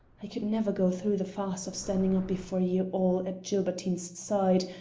i could never go through the farce of standing up before you all at gilbertine's side,